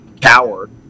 coward